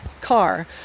car